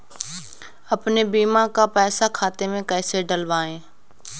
अपने बीमा का पैसा खाते में कैसे डलवाए?